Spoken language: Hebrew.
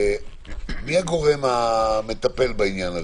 הרווחה - מי הגורם המטפל בעניין?